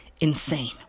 insane